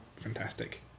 fantastic